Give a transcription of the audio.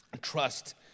trust